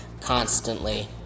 constantly